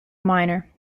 minor